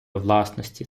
власності